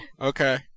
Okay